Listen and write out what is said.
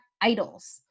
idols